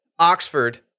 Oxford